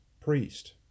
Priest